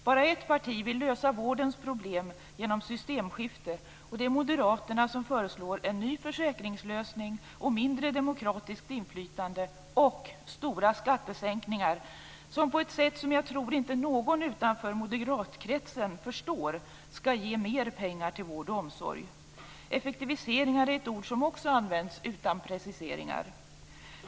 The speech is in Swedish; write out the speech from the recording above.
Bara ett parti vill lösa vårdens problem genom systemskifte, och det är Moderaterna, som föreslår en ny försäkringslösning och mindre demokratiskt inflytande, och stora skattesänkningar som - på ett sätt som jag tror att inte någon utanför moderatkretsen förstår - skall ge mer pengar till vård och omsorg. Effektiviseringar är ett ord som också används utan preciseringar.